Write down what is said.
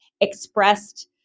expressed